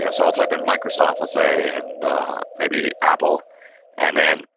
you know so i'll type in microsoft, let's say and maybe apple and then,